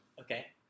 Okay